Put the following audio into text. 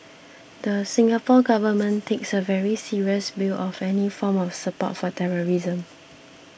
the Singapore Government takes a very serious view of any form of support for terrorism